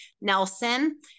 Nelson